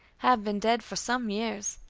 has been dead for some years.